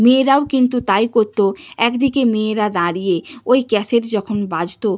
মেয়েরাও কিন্তু তাই করত একদিকে মেয়েরা দাঁড়িয়ে ওই ক্যাসেট যখন বাজত